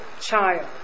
child